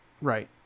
Right